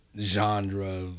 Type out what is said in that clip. genre